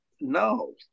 No